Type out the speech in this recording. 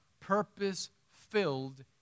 purpose-filled